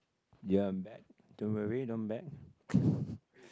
ya I'm back don't worry don't back